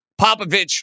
Popovich